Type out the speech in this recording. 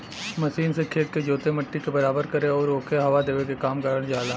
machine से खेत के जोते, मट्टी के बराबर करे आउर ओके हवा देवे क काम करल जाला